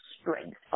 strength